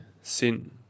sin